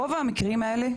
רוב המקרים האלה,